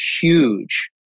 huge